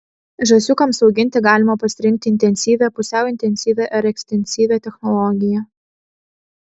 žąsiukams auginti galima pasirinkti intensyvią pusiau intensyvią ar ekstensyvią technologiją